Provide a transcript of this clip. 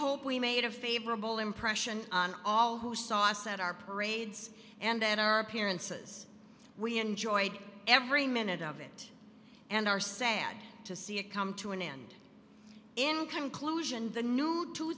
hope we made a favorable impression on all who saw us at our parades and our appearances we enjoyed every minute of it and are sad to see it come to an end in conclusion the new two